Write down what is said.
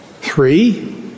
Three